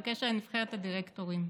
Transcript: בקשר לנבחרת הדירקטורים,